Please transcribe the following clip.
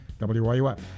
WYUF